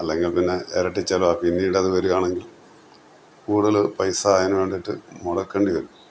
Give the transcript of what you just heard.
അല്ലെങ്കിൽ പിന്നെ ഇരട്ടി ചെലവാണ് പിന്നീട് അത് വരികയാണെങ്കിൽ കൂടുതൽ പൈസ അതിനുവേണ്ടിയിട്ട് മുടക്കേണ്ടി വരും